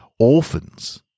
orphans